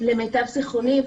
למיטב זיכרוני,